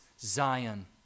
Zion